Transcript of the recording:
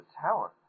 talent